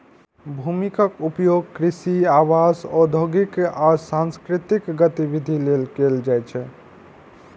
भूमिक उपयोग कृषि, आवास, औद्योगिक आ सांस्कृतिक गतिविधि लेल कैल जाइ छै